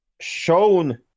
shown